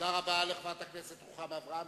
תודה רבה לחברת הכנסת רוחמה אברהם.